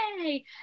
yay